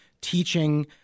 teaching